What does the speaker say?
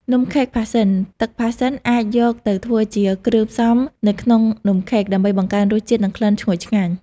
នំខេកផាសសិន ទឹកផាសសិនអាចយកទៅធ្វើជាគ្រឿងផ្សំនៅក្នុងនំខេក ដើម្បីបង្កើនរសជាតិ និងក្លិនឈ្ងុយឆ្ងាញ់។